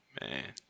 Man